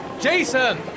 Jason